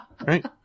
Right